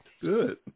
Good